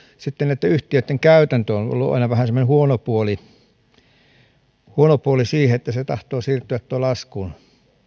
sitten yhtiöitten käytäntö on ollut aina vähän semmoinen huono puoli tuommoiset veronkorotukset tahtovat siirtyä laskuun